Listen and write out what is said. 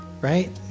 right